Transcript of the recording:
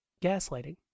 gaslighting